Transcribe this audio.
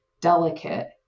delicate